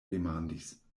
demandis